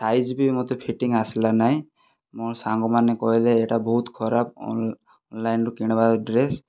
size ବି ମୋତେ fitting ଆସିଲାନାହିଁ ମୋ ସାଙ୍ଗ ମାନେ କହିଲେ ଏଇଟା ବହୁତ ଖରାପ ଅନଲାଇନରୁ କିଣିବା ଡ୍ରେସ